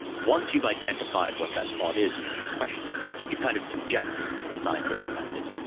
once you've identified what that thought is, you can question it, you can kind of subject it to the scientific method,